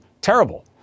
Terrible